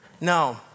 No